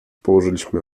położyliśmy